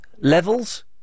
levels